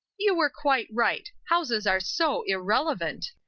you were quite right houses are so irrelevant.